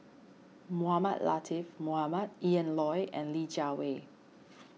Mohamed Latiff Mohamed Ian Loy and Li Jiawei